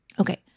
Okay